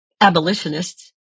abolitionists